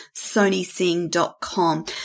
sonysing.com